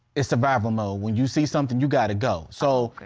it's survival mode. when you see something, you gotta go, so, yeah,